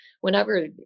whenever